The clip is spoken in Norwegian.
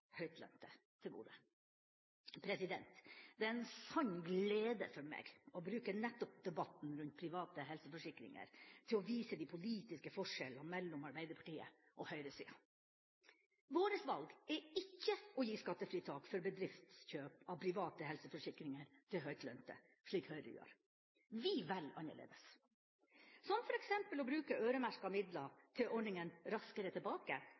til gode. Det er en sann glede for meg å bruke nettopp debatten om private helseforsikringer til å vise de politiske forskjellene mellom Arbeiderpartiet og høyresida. Vårt valg er ikke å gi skattefritak for bedriftskjøp av private helseforsikringer til høytlønte, slik Høyre gjør. Vi velger annerledes, som f.eks. å bruke øremerkede midler til ordningen «Raskere tilbake»,